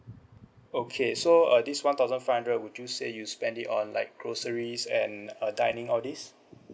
okay so uh this one thousand five hundred would you say you spend it on like groceries and uh dining all these